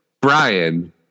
Brian